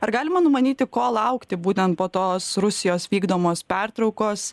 ar galima numanyti ko laukti būtent po tos rusijos vykdomos pertraukos